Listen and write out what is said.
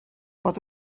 pot